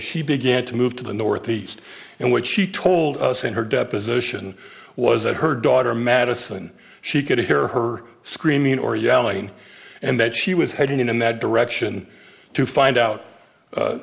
she began to move to the northeast and what she told us in her deposition was that her daughter madison she could hear her screaming or yelling and that she was heading in that direction to find out